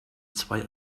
zwei